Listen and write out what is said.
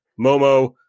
Momo